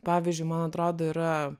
pavyzdžiui man atrodo yra